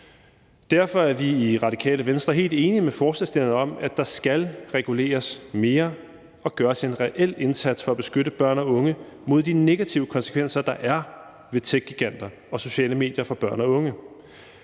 Derfor er vi i Radikale Venstre helt enige med forslagsstillerne i, at der skal reguleres mere og gøres en reel indsats for at beskytte børn og unge mod de negative konsekvenser, der er ved techgiganter og sociale medier for børn og unge.